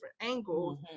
angles